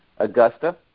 Augusta